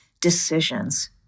decisions